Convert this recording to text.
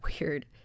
weird